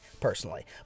personally